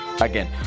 again